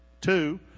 Two